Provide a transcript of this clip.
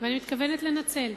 אני מתכוונת לנצל.